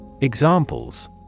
Examples